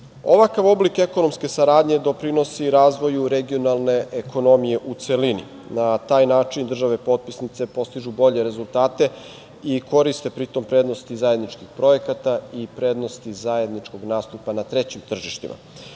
Ovakav oblik ekonomske saradnje doprinosi razvoju regionalne ekonomije u celini. Na taj način države potpisnice postižu bolje rezultate i koriste pritom prednosti zajedničkih projekata i prednosti zajedničkog nastupa na trećim tržištima. CEFTA,